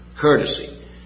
Courtesy